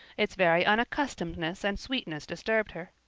its very unaccustomedness and sweetness disturbed her.